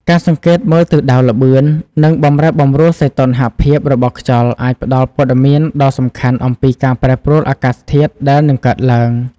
ការសង្កេតមើលទិសដៅ ល្បឿន និងបម្រែបម្រួលសីតុណ្ហភាពរបស់ខ្យល់អាចផ្តល់ព័ត៌មានដ៏សំខាន់អំពីការប្រែប្រួលអាកាសធាតុដែលនឹងកើតឡើង។